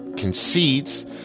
Concedes